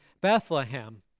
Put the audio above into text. Bethlehem